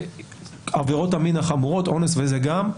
העבירות המין החמורות, אונס וזה גם.